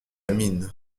mine